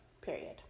period